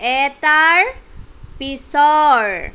এটাৰ পিছৰ